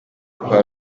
kwa